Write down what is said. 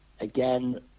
Again